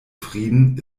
frieden